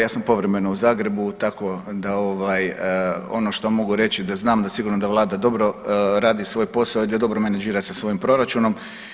Ja sam povremeno u Zagrebu, tako da ono što mogu reći da znam da sigurno Vlada dobro radi svoj posao i da dobro menađira sa svojim proračunom.